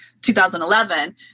2011